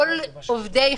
במרץ.